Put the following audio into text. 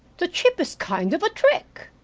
the cheapest kind of a trick.